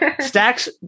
stacks